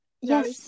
yes